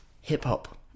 hip-hop